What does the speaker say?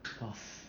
because